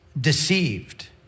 deceived